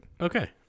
Okay